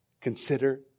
Consider